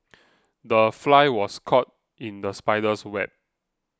the fly was caught in the spider's web